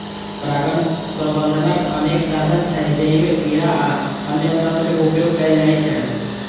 परागण प्रबंधनक अनेक साधन छै, जइमे कीड़ा आ अन्य तंत्र के उपयोग कैल जाइ छै